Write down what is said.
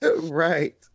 Right